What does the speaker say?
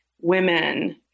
women